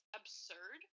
absurd